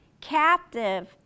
captive